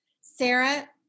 Sarah